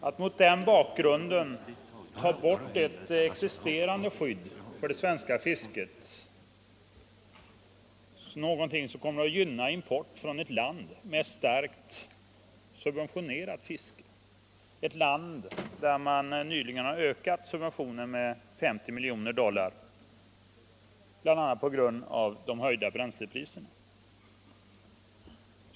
Att mot den bakgrunden ta bort ett existerande skydd för det svenska fisket är någonting som kommer att gynna import från ett land med starkt subventionerat fiske, ett land där subventionen nyligen har ökats med 50 miljoner dollar bl.a. på grund av de höjda bränslepriserna.